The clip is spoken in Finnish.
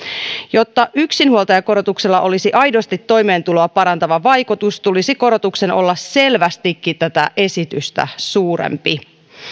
jotta yksinhuoltajakorotuksella olisi aidosti toimeentuloa parantava vaikutus tulisi korotuksen olla selvästikin tätä esitystä suurempi